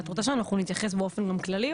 את רוצה שאנחנו נתייחס באופן גם כללי,